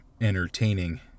entertaining